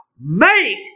make